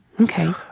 Okay